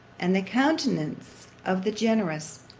and the countenance of the generous,